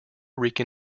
rican